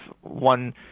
one